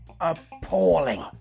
appalling